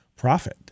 profit